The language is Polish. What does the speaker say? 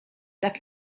tak